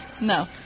No